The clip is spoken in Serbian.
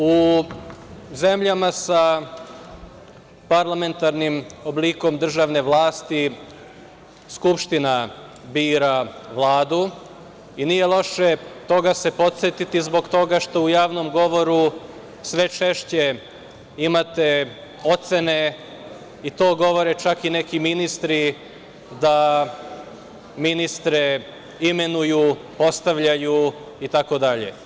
U zemljama sa parlamentarnim oblikom državne vlasti skupština bira vladu i nije loše toga se podsetiti zbog toga što u javnom govoru sve češće imate ocene, i to govore čak i neki ministri, da ministre imenuju, postavljaju itd.